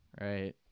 right